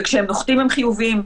וכשהם נוחתים הם חיוביים,